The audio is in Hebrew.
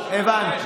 למה,